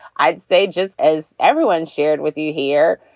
i'd say just as everyone shared with you here,